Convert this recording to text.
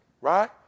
Right